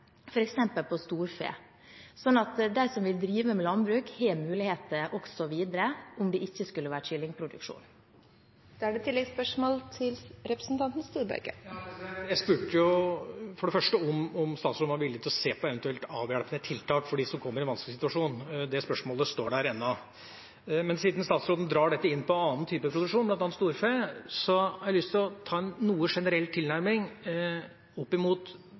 på storfe, slik at de som vil drive med landbruk, har muligheter også videre, om det ikke skulle være kyllingproduksjon. Jeg spurte jo for det første om statsråden var villig til å se på eventuelle avhjelpende tiltak for dem som kommer i en vanskelig situasjon. Det spørsmålet står der ennå. Men siden statsråden drar dette inn på annen type produksjon, bl.a. storfe, har jeg lyst til å ta en noe generell tilnærming oppimot